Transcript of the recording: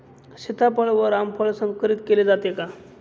सीताफळ व रामफळ संकरित केले जाते का?